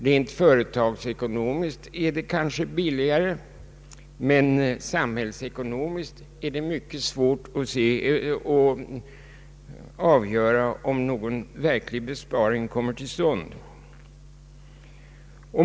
Rent företagsekonomiskt är det kanske billigare, men samhällsekonomiskt är det mycket svårt att avgöra om någon verklig besparing kommer till stånd.